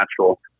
natural